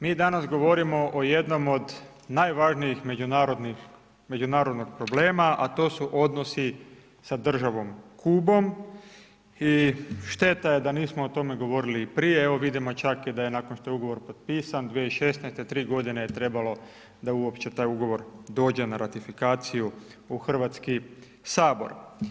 Mi danas govorimo o jednom od najvažnijih međunarodnih, međunarodnog problema, a to su odnosi sa državom Kubom, i šteta je da nismo o tome govorili i prije, evo vidimo čak i da je nakon što je ugovor potpisan 2016.-te, tri godine je trebalo da uopće taj ugovor dođe na ratifikaciju u Hrvatski Sabor.